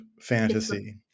fantasy